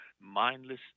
mindless